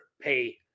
pay